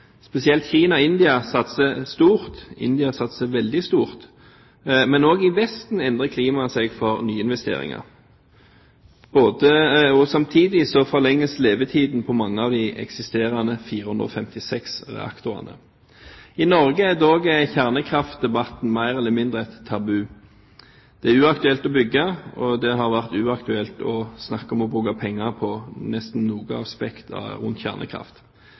Spesielt Kina og India satser stort – India satser veldig stort. Men også i Vesten endrer klimaet seg for nye investeringer. Samtidig forlenges levetiden på mange av de eksisterende 456 reaktorene. I Norge er dog kjernekraftdebatten mer eller mindre et tabu. Det er uaktuelt å bygge, og det har vært uaktuelt å snakke om å bruke penger på nesten noen aspekter rundt kjernekraft.